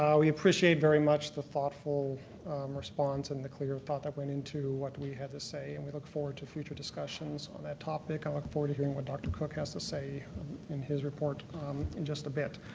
um we appreciate very much the thoughtful response and the clear thought that went into what we had to say, and we look forward to future discussions on that topic. i look forward to hearing what dr. cook has to say in his report in just a bit.